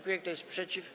Kto jest przeciw?